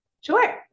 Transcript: Sure